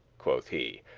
quoth he,